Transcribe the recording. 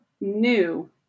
new